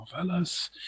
novellas